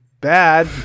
bad